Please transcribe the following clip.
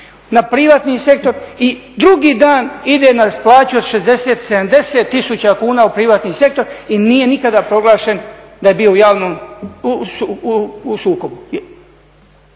na privatni sektor i drugi dan ide na plaću od 60, 70 tisuća kuna u privatni sektor i nije nikada proglašen da je bio u sukobu.